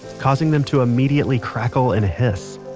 causing them to immediately crackle and hiss.